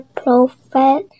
prophet